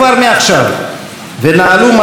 ונהלו מערכת בחירות נקייה,